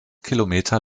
kilometer